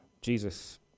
Jesus